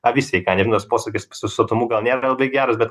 avis sveika nežinau tas posakis su sotumu gal nėra labai geras bet